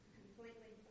completely